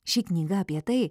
ši knyga apie tai